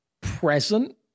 present